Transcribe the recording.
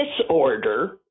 disorder